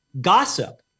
gossip